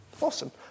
awesome